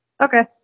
Okay